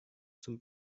zum